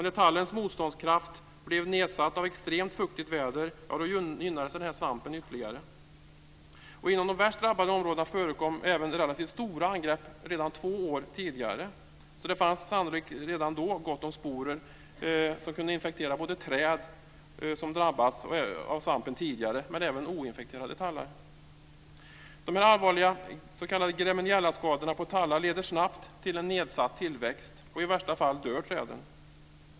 När tallens motståndskraft blev nedsatt av extremt fuktigt väder gynnades denna svamp ytterligare. Inom de värst drabbade områdena förekom även relativt stora angrepp redan två år tidigare. Det fanns sannolikt redan då gott om sporer som kunde infektera både träd som drabbats av svampen tidigare och oinfekterade tallar. De här allvarliga s.k. Gremmeniellaskadorna på tallarna leder snabbt till en nedsatt tillväxt. I värsta fall dör träden.